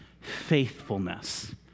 faithfulness